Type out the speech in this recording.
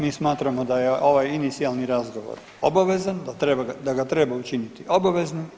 Mi smatramo da je ovaj inicijalni razgovor obavezan, da ga treba učiniti obaveznim.